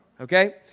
Okay